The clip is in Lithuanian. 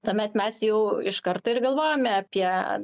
tuomet mes jau iš karto ir galvojame apie